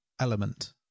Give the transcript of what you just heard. element